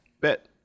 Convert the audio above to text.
Bet